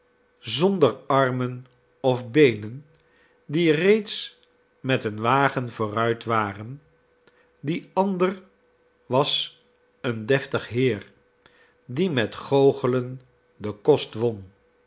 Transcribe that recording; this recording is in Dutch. zonder armen of beenen die reeds met een wagen vooruit waren de ander was een deftig heer die met goochelen den kost won